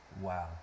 Wow